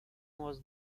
was